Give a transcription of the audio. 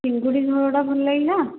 ଚିଙ୍ଗୁଡ଼ି ଝୋଳଟା ଭଲ ଲାଗିଲା